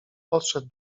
podszedł